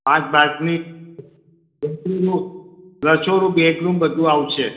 પાંચ બાટની રસોડું રસોડું બેડરૂમ બધું આવશે